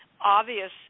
obvious